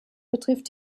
betrifft